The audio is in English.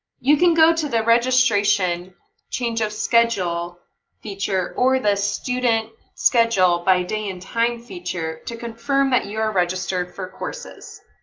you can go to the registration change of schedule feature or student schedule by day and time feature to confirm that you are registered for courses.